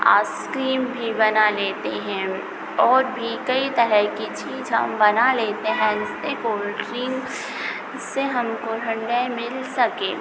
आस cream भी बना लेते हैं और भी कई तरह की चीज़ हम बना लेते हैं जैसे कोल्ड ड्रिंक से हमको ठंडाई मिल सके